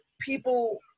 people